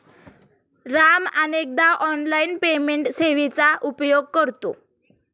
राम अनेकदा online payment सेवेचा उपयोग करतो